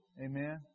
Amen